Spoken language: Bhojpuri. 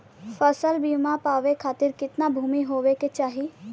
फ़सल बीमा पावे खाती कितना भूमि होवे के चाही?